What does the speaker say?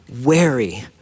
wary